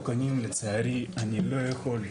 באינטרנט.